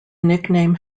nickname